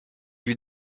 lui